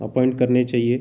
appoint करने चाहिए